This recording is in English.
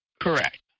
Correct